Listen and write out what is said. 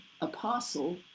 apostle